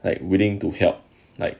like willing to help like